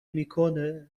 میکنه